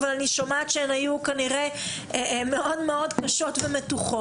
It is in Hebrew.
אבל אני שומעת שהן היו מאוד קשות ומתוחות.